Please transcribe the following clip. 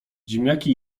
ziemniaki